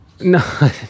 No